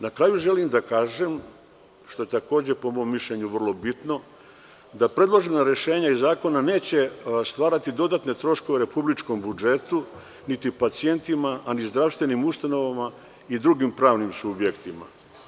Na kraju želim da kažem, što je takođe po mom mišljenju vrlo bitno, da predloženo rešenje iz zakona neće stvarati dodatne troškove republičkom budžetu niti pacijentima, a ni zdravstvenim ustanovama i drugim pravnim subjektima.